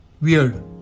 Weird